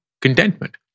contentment